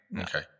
Okay